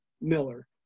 Miller